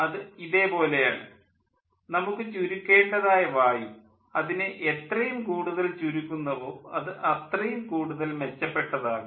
അത് ഇതേ പോലെ ആണ് നമുക്ക് ചുരുക്കേണ്ടതായ വായു അതിനെ എത്രയും കൂടുതൽ ചുരുക്കുന്നുവോ അത് അത്രയും കൂടുതൽ മെച്ചപ്പെട്ടതാകും